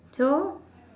so